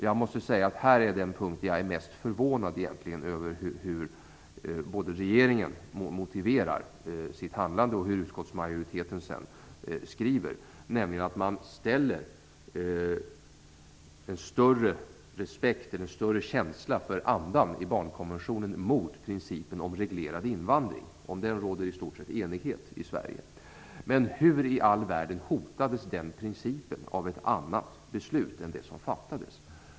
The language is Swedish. Jag måste säga att detta är den punkt där jag egentligen är mest förvånad över hur regeringen motiverar sitt handlande och hur utskottsmajoriteten sedan skriver, nämligen att man ställer större känsla för andan i barnkonventionen mot principen om reglerad invandring. Om den råder i stort sett enighet i Sverige. Men hur i all världen hotades den principen av ett annat beslut än det som fattades?